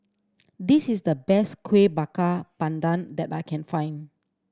this is the best Kueh Bakar Pandan that I can find